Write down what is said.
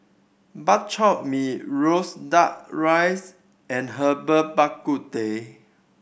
Bak Chor Mee roasted Duck Rice and Herbal Bak Ku Teh